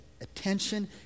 Attention